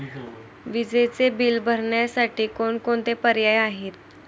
विजेचे बिल भरण्यासाठी कोणकोणते पर्याय आहेत?